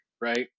Right